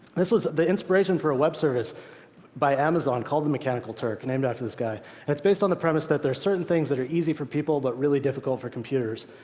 this was the inspiration for a web service by amazon called the mechanical turk named after this guy. and it's based on the premise that there are certain things that are easy for people, but really difficult for computers.